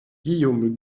guillaume